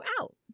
out